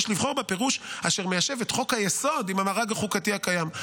"יש לבחור בפירוש אשר מיישב את חוק-היסוד עם המארג החוקתי הקיים".